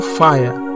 fire